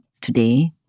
today